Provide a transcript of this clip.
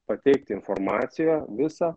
pateikti informaciją visą